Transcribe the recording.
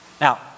Now